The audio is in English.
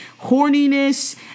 horniness